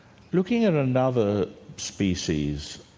looking at another species,